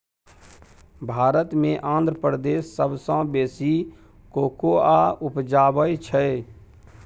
भारत मे आंध्र प्रदेश सबसँ बेसी कोकोआ उपजाबै छै